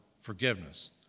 forgiveness